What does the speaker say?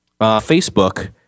Facebook